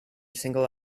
single